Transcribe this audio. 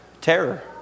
terror